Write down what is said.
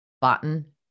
Button